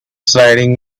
sliding